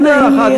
לא נעים לי,